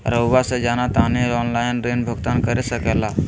रहुआ से जाना तानी ऑनलाइन ऋण भुगतान कर सके ला?